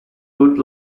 good